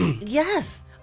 Yes